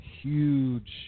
Huge